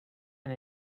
and